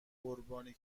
قربانی